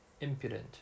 impudent